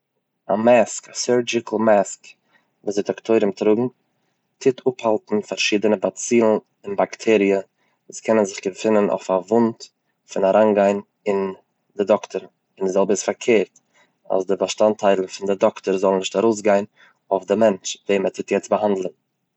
א מעסק, א סורזשיקל מעסק וואס די דאקטורים טראגן טוט אפהאלטן פארשידענע באצילן און באקטעריע, וואס קענען זיך געפונען אויף א וואונד פון אריינגיין אין די דאקטאר, די זעלבע איז פארקערט אז די באשטאנדטייל פון די דאקטאר זאל נישט ארויסגיין אויף די מענטש וועם ער טוט יעצט באהאנדלען.